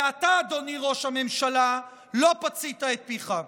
ואתה, אדוני ראש הממשלה, לא פצית את פיך.